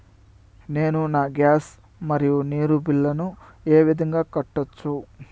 నేను నా గ్యాస్, మరియు నీరు బిల్లులను ఏ విధంగా కట్టొచ్చు?